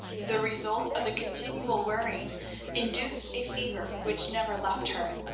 the result of the continual worrying induced a fever which never left her.